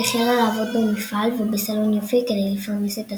היא החלה לעבוד במפעל ובסלון יופי כדי לפרנס את עצמה.